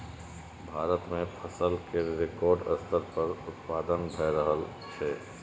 भारत मे फसल केर रिकॉर्ड स्तर पर उत्पादन भए रहल छै